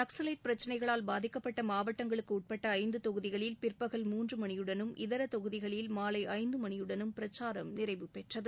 நக்ஸலைட் பிரச்சினைகளால் பாதிக்கப்பட்ட மாவட்டங்களுக்கு உட்பட்ட ஐந்து தொகுதிகளில் பிற்பகல் மூன்று மணியுடனும் இதர தொகுதிகளில் மாலை ஐந்து மணியுடனும் பிரச்சாரம் நிறைவு பெற்றது